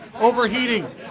Overheating